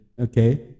okay